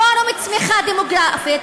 פורום צמיחה דמוגרפית,